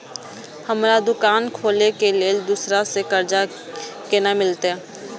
हमरा दुकान खोले के लेल दूसरा से कर्जा केना मिलते?